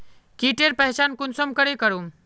कीटेर पहचान कुंसम करे करूम?